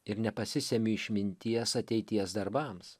ir nepasisemiu išminties ateities darbams